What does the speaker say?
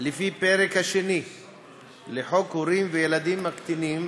לפי הפרק השני לחוק הורים וילדיהם הקטינים